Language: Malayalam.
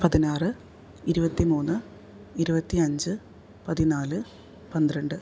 പതിനാറ് ഇരുപ്പത്തി മൂന്ന് ഇരുപത്തി അഞ്ച് പതിനാല് പന്ത്രണ്ട്